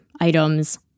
items